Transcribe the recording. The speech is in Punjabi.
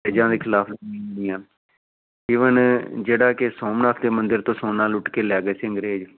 ਅੰਗਰੇਜ਼ਾਂ ਦੇ ਖਿਲਾਫ਼ ਈਵਨ ਜਿਹੜਾ ਕਿ ਸੋਮਨਾਥ ਦੇ ਮੰਦਰ ਤੋਂ ਸੋਨਾ ਲੁੱਟ ਕੇ ਲੈ ਗਏ ਸੀ ਅੰਗਰੇਜ਼